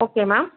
okay ma'am